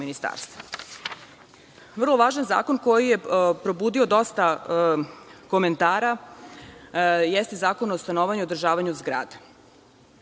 važan zakon koji je probudio dosta komentara jeste Zakon o stanovanju i održavanju zgrada.